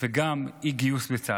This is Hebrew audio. וגם אי-גיוס לצה"ל.